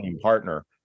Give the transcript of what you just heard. partner